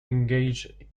engaged